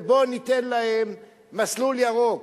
וניתן להן מסלול ירוק.